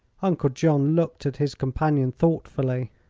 uncle john looked at his companion thoughtfully.